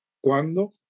cuándo